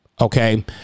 Okay